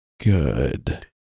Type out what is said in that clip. good